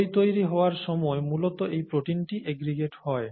দই তৈরি হওয়ার সময় মূলত এই প্রোটিনটি এগ্রিগেট হয়